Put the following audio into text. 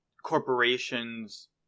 corporations